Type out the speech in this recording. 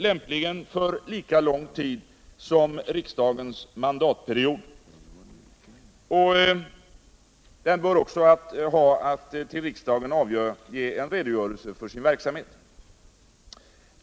lämpligen för lika lång tid som riksdagens mandatperiod. Radionämnden bör också ha att till riksdagen avge redogörelse för sin verksamhet.